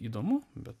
įdomu bet